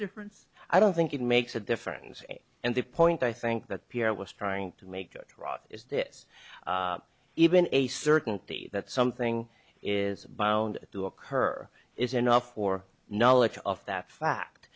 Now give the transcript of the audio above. difference i don't think it makes a difference and the point i think that pierre was trying to make is this even a certainty that something is bound to occur is enough for knowledge of that fact